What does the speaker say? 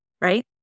right